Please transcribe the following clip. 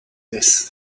this